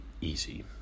easy